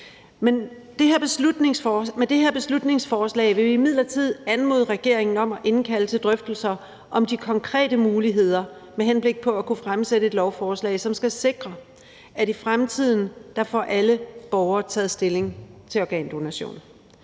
Med det her beslutningsforslag vil vi imidlertid anmode regeringen om at indkalde til drøftelser om de konkrete muligheder med henblik på at kunne fremsætte et lovforslag, som skal sikre, at i fremtiden får alle borgere taget stilling til organdonation.